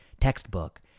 textbook